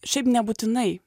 šiaip nebūtinai